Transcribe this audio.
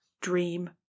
dream